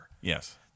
Yes